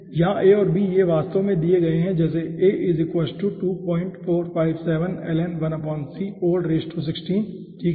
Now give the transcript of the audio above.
यहाँ a और b ये वास्तव में यहाँ दिए गए हैं जैसे ठीक है